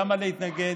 למה להתנגד?